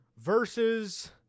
versus